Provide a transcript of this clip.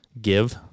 give